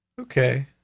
Okay